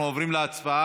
אנחנו עוברים להצבעה,